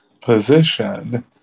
position